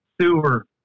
sewer